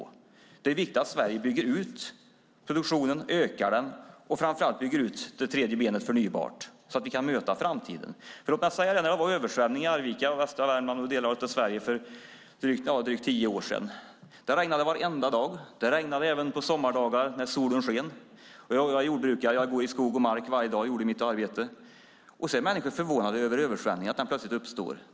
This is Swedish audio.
Det är därför viktigt att Sverige bygger ut produktionen, ökar den, och framför allt bygger ut det tredje benet, det förnybara, så att vi kan möta framtiden. Låt mig nämna den översvämning som var i Arvika, västra Värmland och andra delar av Sverige för drygt tio år sedan. Det regnade varenda dag, även när solen sken, på sommaren. Jag är jordbrukare och gick i skog och mark varje dag och gjorde mitt arbete. Och sedan är människor förvånade över att översvämningar plötsligt uppstår.